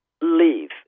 leave